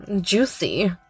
juicy